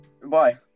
Goodbye